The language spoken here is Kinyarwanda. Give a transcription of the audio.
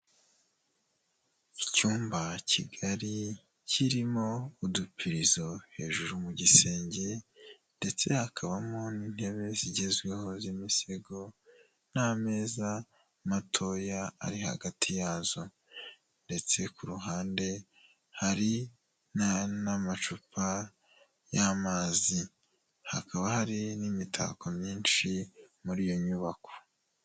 Icyumba kigali kirimo udupirizo hejuru mu gisenge ndetse hakabamo n'intebe zigezweho z'imisego n'ameza matoya ari hagati yazo ndetse ku ruhande hari n'amacupa y'amazi, hakaba hari n'imitako myinshi muri iyo nyubako.